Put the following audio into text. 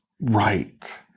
right